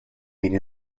min